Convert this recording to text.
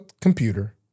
computer